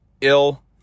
ill